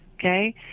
okay